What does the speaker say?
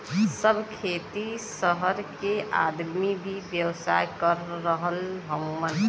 सब खेती सहर के आदमी भी व्यवसाय कर रहल हउवन